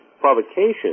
provocation